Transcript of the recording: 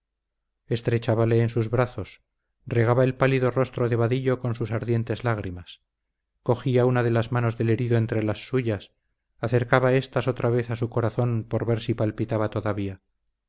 esposo estrechábale en sus brazos regaba el pálido rostro de vadillo con sus ardientes lágrimas cogía una de las manos del herido entre las suyas acercaba éstas otra vez a su corazón por ver si palpitaba todavía